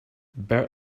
bert